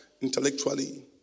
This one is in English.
intellectually